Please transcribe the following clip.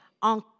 En